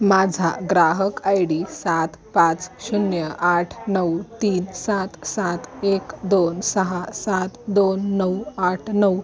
माझा ग्राहक I D सात पाच शून्य आठ नऊ तीन सात सात एक दोन सहा सात दोन नऊ आठ नऊ